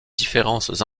différences